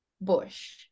bush